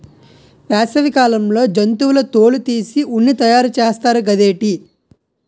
వేసవి కాలంలో జంతువుల తోలు తీసి ఉన్ని తయారు చేస్తారు గదేటి